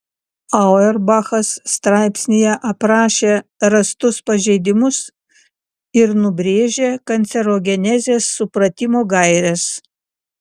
auerbachas straipsnyje aprašė rastus pažeidimus ir nubrėžė kancerogenezės supratimo gaires